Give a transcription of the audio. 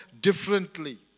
differently